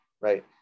right